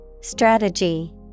Strategy